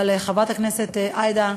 אבל, חברת הכנסת עאידה,